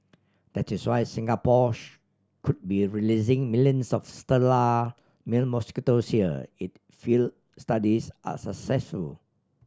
that is why Singapore could be releasing millions of sterile male mosquito here if field studies are successful